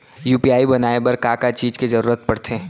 UPI बनाए बर का का चीज के जरवत पड़थे?